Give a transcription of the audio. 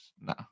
No